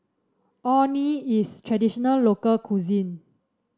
Orh Nee is traditional local cuisine